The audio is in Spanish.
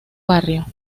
barrio